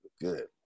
Good